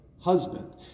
husband